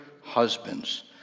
husbands